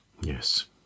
yes